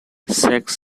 sex